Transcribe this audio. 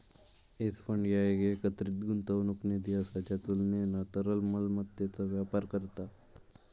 hedge fund ह्या एक एकत्रित गुंतवणूक निधी असा ज्या तुलनेना तरल मालमत्तेत व्यापार करता